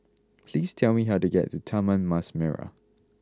please tell me how to get to Taman Mas Merah